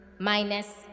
Minus